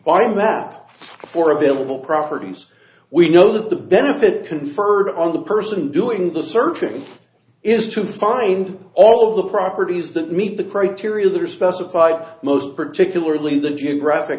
by map for available properties we know that the benefit conferred on the person doing the searching is to find all of the properties that meet the criteria that are specified most particularly the geographic